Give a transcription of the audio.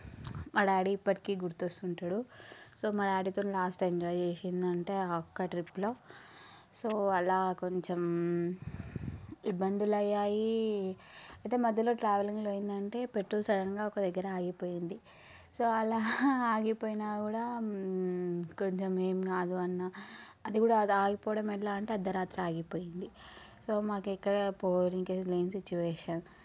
మా డాడీ ఇప్పటికీ గుర్తొస్తుంటాడు సో మా డాడీతో లాస్ట్ ఎంజాయ్ చేసింది అంటే ఆ ఒక్క ట్రిప్లో సో అలా కొంచెం ఇబ్బందులు అయ్యాయి అయితే మధ్యలో ట్రావెలింగ్లో ఏందంటే పెట్రోల్ సడన్గా ఒక దగ్గర ఆగిపోయింది సో అలా ఆగిపోయిన కూడా కొంచెం ఏం కాదన్న అది కూడా అది ఆగిపోవడం ఎలా అంటే అర్థరాత్రి ఆగిపోయింది సో మాకు ఎక్కడ పోవడానికి లేని సిచువేషన్